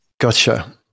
Gotcha